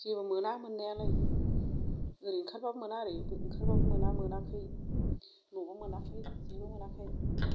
जेबो मोना मोननायालाय ओरै ओंखारबाबो मोना ओरै ओंखारबाबो मोना मोनाखै न'बो मोनाखै जेबो मोनाखै